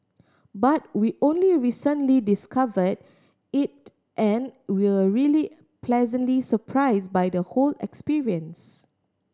but we only recently discover it and were really pleasantly surprise by the whole experience